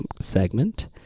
segment